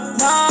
no